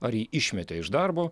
ar jį išmetė iš darbo